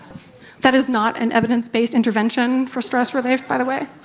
that is not an evidence-based intervention for stress relief, by the way.